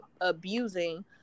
abusing